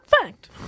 fact